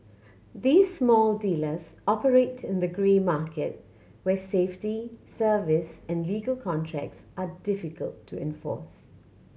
these small dealers operate in the grey market where safety service and legal contracts are difficult to enforce